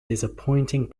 disappointing